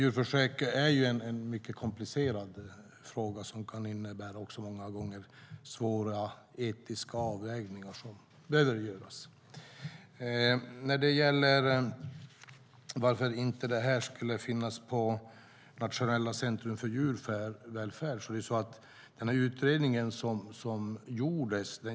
Djurförsök är en mycket komplicerad fråga som många gånger kan innebära att svåra etiska avvägningar behöver göras. Jens Holm undrar varför det här inte skulle finnas på Nationellt centrum för djurvälfärd.